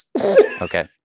Okay